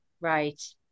Right